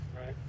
Right